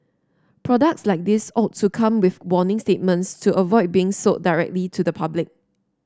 products like these ought to come with warning statements to avoid being sold directly to the public